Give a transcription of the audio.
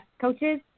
coaches